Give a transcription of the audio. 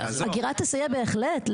אגירה תסייע בהחלט.